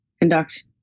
conduct